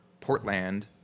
Portland